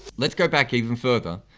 let's go back even further,